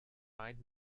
eyed